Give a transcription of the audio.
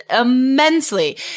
immensely